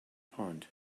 pond